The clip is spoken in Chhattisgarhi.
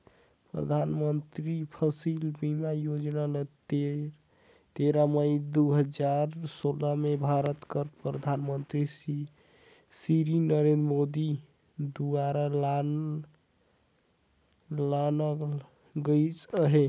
परधानमंतरी फसिल बीमा योजना ल तेरा मई दू हजार सोला में भारत कर परधानमंतरी सिरी नरेन्द मोदी दुवारा लानल गइस अहे